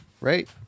right